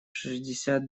шестьдесят